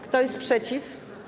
Kto jest przeciw?